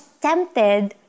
tempted